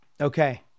Okay